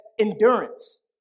endurance